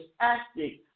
acting